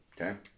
Okay